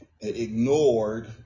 Ignored